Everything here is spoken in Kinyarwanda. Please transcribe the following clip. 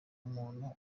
umuntu